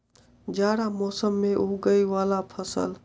जाड़ा मौसम मे उगवय वला फसल?